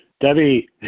Debbie